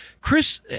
Chris